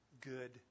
good